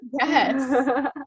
Yes